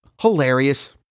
Hilarious